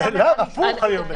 הפוך.